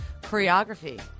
choreography